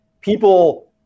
people